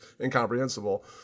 incomprehensible